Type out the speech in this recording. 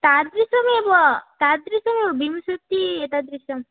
तादृशमेव तादृशं विंशतिः एतादृशं